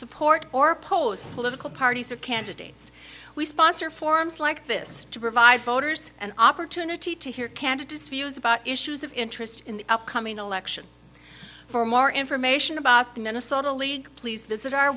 support or post political parties or candidates we sponsor forms like this to provide voters an opportunity to hear candidates views about issues of interest in the upcoming election for more information about the minnesota league please